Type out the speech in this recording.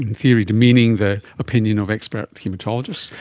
and theory demeaning the opinion of expert haematologists,